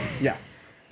Yes